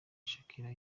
shakira